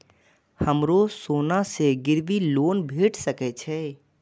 हमरो सोना से गिरबी लोन भेट सके छे?